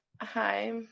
hi